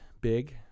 big